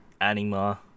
Anima